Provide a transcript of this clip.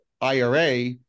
IRA